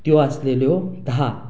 त्यो आशिल्ल्यो धा